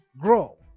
grow